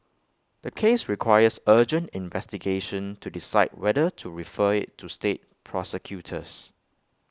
the case requires urgent investigation to decide whether to refer IT to state prosecutors